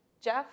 Jeff